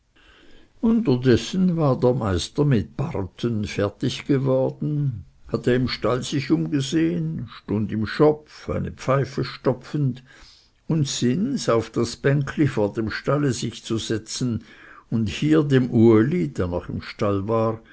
unterdessen war der meister mit barten fertig geworden hatte im stall sich umgesehen stund im schopf eine pfeife stopfend und sinns auf das bänkli vor dem stalle sich zu setzen und hier dem uli der noch im stall war